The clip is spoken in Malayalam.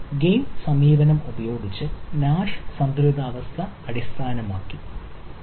ഗെയിം സമീപനം ഉപയോഗിച്ച് നാഷ് സന്തുലിതാവസ്ഥ അടിസ്ഥാനമാക്കിയുള്ളതാണ് അത്